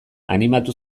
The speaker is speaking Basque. animatu